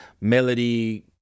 melody